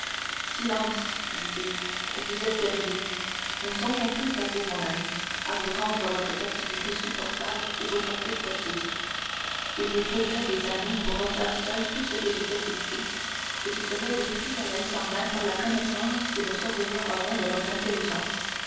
silence dit-il ou vous êtes perdu ne songeons plus qu'à vous mon ami à vous rendre votre captivité supportable ou votre fuite possible il vous faudrait des années pour refaire seul tout ce que j'ai fait ici et qui serait détruit à l'instant même par la connaissance que nos surveillants auraient de notre intelligence